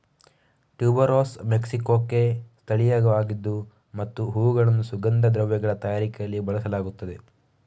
tuberose ಮೆಕ್ಸಿಕೊಕ್ಕೆ ಸ್ಥಳೀಯವಾಗಿದೆ ಮತ್ತು ಹೂವುಗಳನ್ನು ಸುಗಂಧ ದ್ರವ್ಯಗಳ ತಯಾರಿಕೆಯಲ್ಲಿ ಬಳಸಲಾಗುತ್ತದೆ